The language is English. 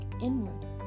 inward